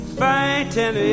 fighting